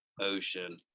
Ocean